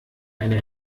eine